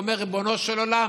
הוא אומר: ריבונו של עולם,